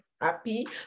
happy